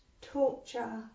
torture